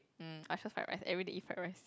mm I sure fried rice everyday eat fried rice